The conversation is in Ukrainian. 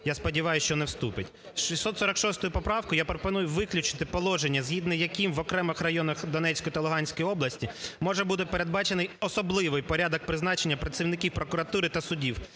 Я сподіваюсь, що не вступить. 646-ю поправкою я пропоную виключити положення, згідно з яким в окремих районах Донецької та Луганської області може бути передбачений особливий порядок призначення працівників прокуратури та судів.